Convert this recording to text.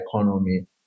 economy